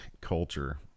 culture